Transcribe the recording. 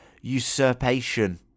usurpation